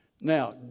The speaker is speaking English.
Now